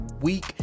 week